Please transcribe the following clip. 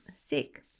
sick